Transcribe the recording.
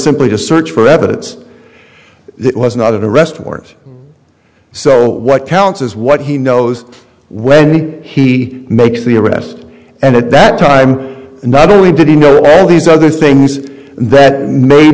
simply to search for evidence it was not an arrest warrant so what counts is what he knows when he makes the arrest and at that time not only did he know all these other things that made